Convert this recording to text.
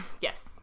Yes